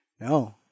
No